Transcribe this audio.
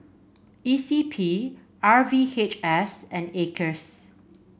E C P R V H S and Acres